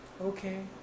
okay